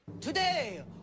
Today